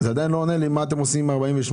מה יש בו?